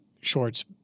shorts